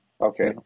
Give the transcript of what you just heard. okay